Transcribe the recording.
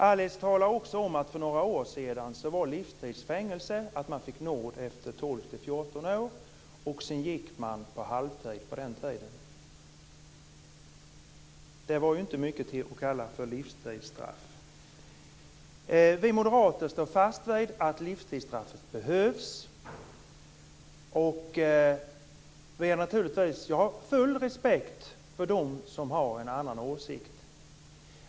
Alice Åström talar också om att för några år sedan innebar livstidsfängelse att man fick nåd efter 12-14 år, och sedan gick man på halvtid på den tiden. Det var inte mycket till att kalla för livstidsstraff. Vi moderater står fast vid att livstidsstraffet behövs. Jag har full respekt för dem som har en annan åsikt.